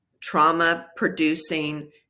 trauma-producing